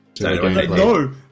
No